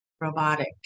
robotic